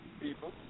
people